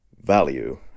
value